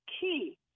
key